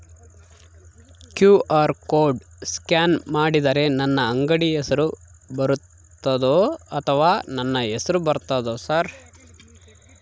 QR code scan ಮಾಡಿದರೆ ನನ್ನ ಅಂಗಡಿ ಹೆಸರು ಬರ್ತದೋ ಅಥವಾ ನನ್ನ ಹೆಸರು ಬರ್ತದ ಸರ್?